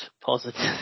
Positive